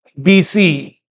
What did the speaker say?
BC